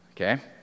Okay